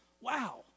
Wow